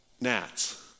gnats